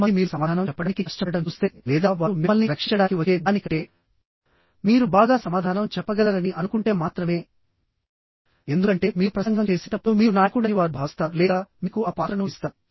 కొంతమంది మీరు సమాధానం చెప్పడానికి కష్టపడటం చూస్తే లేదా వారు మిమ్మల్ని రక్షించడానికి వచ్చే దానికంటే మీరు బాగా సమాధానం చెప్పగలరని అనుకుంటే మాత్రమే ఎందుకంటే మీరు ప్రసంగం చేసేటప్పుడు మీరు నాయకుడని వారు భావిస్తారు లేదా మీకు ఆ పాత్రను ఇస్తారు